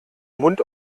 mund